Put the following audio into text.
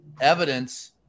evidence